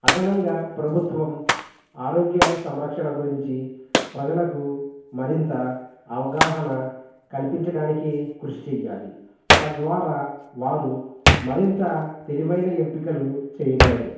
అదనంగా ప్రభుత్వం ఆరోగ్య సంరక్షణ గురించి ప్రజలకు మరింత అవగాహన కల్పించడానికి కృషి చేయాలి తద్వారా వారు మరింత తెలివైన ఎంపికలు చేయగలరు